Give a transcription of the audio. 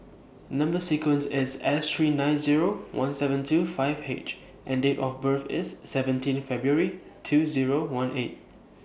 Number sequence IS S three nine Zero one seven two five H and Date of birth IS seventeen February two Zero one eight